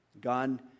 God